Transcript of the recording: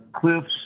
Cliff's